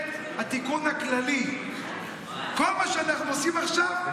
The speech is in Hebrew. אם אפשר, בבקשה,